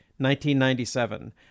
1997